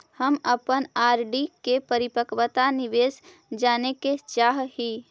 हम अपन आर.डी के परिपक्वता निर्देश जाने के चाह ही